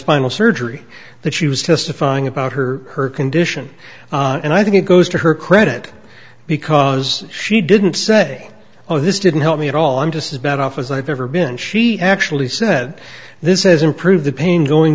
spinal surgery that she was testifying about her condition and i think it goes to her credit because she didn't say oh this didn't help me at all i'm just about off as i've ever been she actually said this has improved the pain going